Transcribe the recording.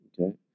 Okay